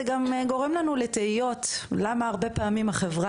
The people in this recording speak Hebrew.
זה גם גורם לנו לתהות למה הרבה פעמים החברה